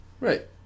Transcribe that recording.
Right